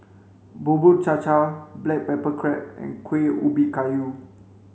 Bubur Cha Cha black pepper crab and Kueh Ubi Kayu